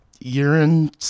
urine